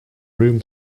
room